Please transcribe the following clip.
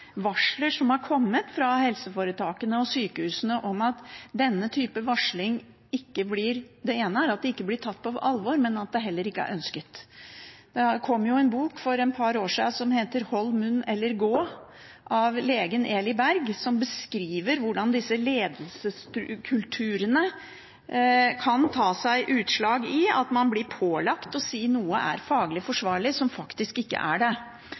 har kommet ganske mange signaler fra helseforetakene og sykehusene om at denne type varsling ikke blir tatt på alvor, og at det heller ikke er ønsket. Det kom en bok for et par år siden som het «Hold munn eller gå!» av legen Eli Berg, som beskriver hvordan disse ledelseskulturene kan gi seg utslag i at man blir pålagt å si at noe er faglig forsvarlig, som faktisk ikke er det.